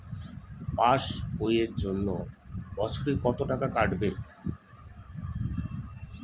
Pass বইয়ের জন্য বছরে কত টাকা কাটবে?